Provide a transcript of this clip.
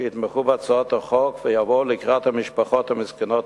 שיתמכו בהצעת החוק ויבואו לקראת המשפחות המסכנות